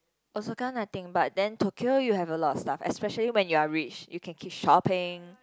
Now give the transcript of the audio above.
Osaka nothing but then Tokyo you have a lot of stuff especially when you are rich you can keep shopping